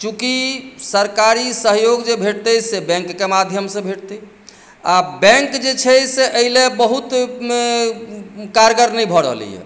चूँकि सरकारी सहयोग जे भेटतै से बैंकके माध्यमसँ भेटतै आ बैंक जे छै से एहि लेल बहुत कारगर नहि भऽ रहलैए